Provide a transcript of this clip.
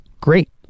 great